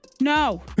No